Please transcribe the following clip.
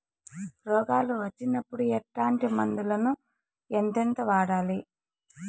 రోగాలు వచ్చినప్పుడు ఎట్లాంటి మందులను ఎంతెంత వాడాలి?